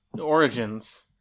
Origins